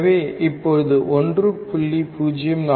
எனவே இப்போது 1